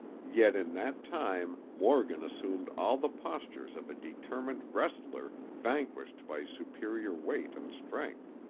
yet in that time morgan assumed all the postures of a determined wrestler vanquished by superior weight and strength.